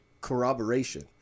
corroboration